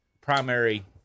primary